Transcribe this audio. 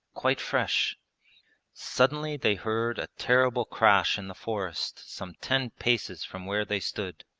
quite fresh suddenly they heard a terrible crash in the forest some ten paces from where they stood.